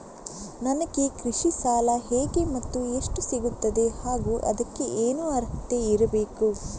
ನನಗೆ ಕೃಷಿ ಸಾಲ ಹೇಗೆ ಮತ್ತು ಎಷ್ಟು ಸಿಗುತ್ತದೆ ಹಾಗೂ ಅದಕ್ಕೆ ಏನು ಅರ್ಹತೆ ಇರಬೇಕು?